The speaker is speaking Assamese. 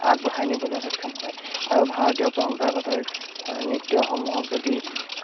আগবঢ়াই নিবলৈ সক্ষম হয় আৰু ভাৰতীয় পৰম্পৰাগত নৃত্যসমূহক যদি